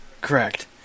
Correct